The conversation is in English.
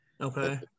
okay